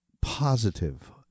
positive